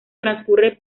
transcurre